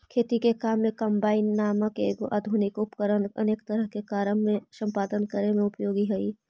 खेती के काम में कम्बाइन नाम के एगो आधुनिक उपकरण अनेक तरह के कारम के सम्पादन करे में उपयोगी हई